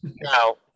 Now